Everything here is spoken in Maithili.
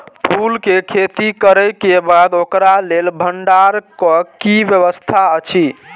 फूल के खेती करे के बाद ओकरा लेल भण्डार क कि व्यवस्था अछि?